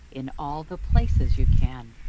in all the places you can,